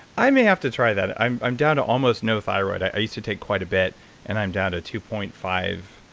i may have to try that. i'm i'm down to almost no thyroid. i used to take quite a bit and i'm down to two point five,